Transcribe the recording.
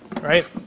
right